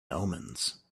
omens